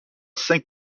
cinq